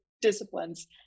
disciplines